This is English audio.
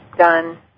done